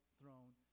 throne